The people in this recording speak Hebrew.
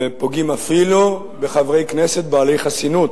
ופוגעים אפילו בחברי כנסת בעלי חסינות.